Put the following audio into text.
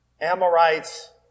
Amorites